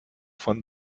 von